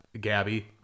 gabby